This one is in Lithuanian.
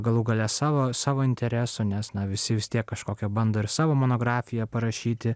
galų gale savo savo intereso nes na visi vis tiek kažkokią bando ir savo monografiją parašyti